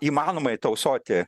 įmanomai tausoti